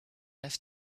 have